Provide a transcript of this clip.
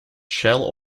shell